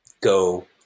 go